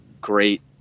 great